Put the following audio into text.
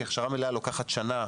כי הכשרה מלאה לוקחת שנה,